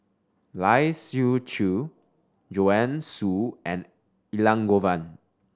Lai Siu Chiu Joanne Soo and Elangovan